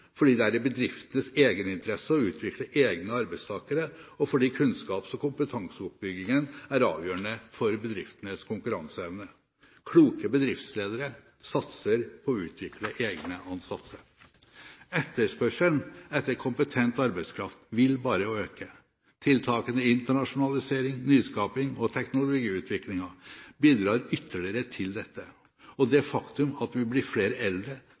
fordi det er i bedriftenes egeninteresse å utvikle egne arbeidstakere, og fordi kunnskaps- og kompetanseoppbyggingen er avgjørende for bedriftenes konkurranseevne. Kloke bedriftsledere satser på å utvikle egne ansatte. Etterspørselen etter kompetent arbeidskraft vil bare øke. Tiltakene internasjonalisering, nyskaping og teknologiutvikling bidrar ytterligere til dette, og det faktum at vi blir flere eldre